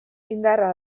indarra